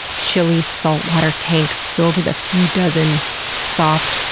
chilly, saltwater tanks filled with a few dozen soft,